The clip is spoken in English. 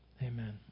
Amen